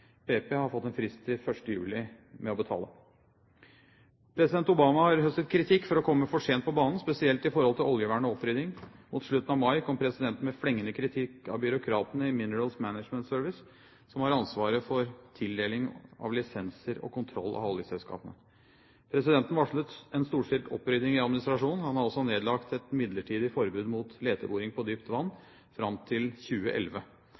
BP har fått en frist til 1. juli med å betale. President Obama har høstet kritikk for å komme for sent på banen, spesielt i forhold til oljevern og opprydding. Mot slutten av mai kom presidenten med flengende kritikk av byråkratene i Minerals Management Service, som har ansvaret for tildeling av lisenser og kontroll av oljeselskapene. Presidenten varslet en storstilt opprydding i administrasjonen. Han har også nedlagt et midlertidig forbud mot leteboring på dypt vann fram til 2011.